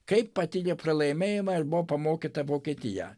kaip patyrė pralaimėjimą ir buvo pamokyta vokietija